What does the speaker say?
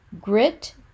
grit